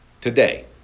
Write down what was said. Today